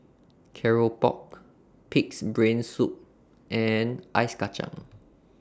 Keropok Pig'S Brain Soup and Ice Kacang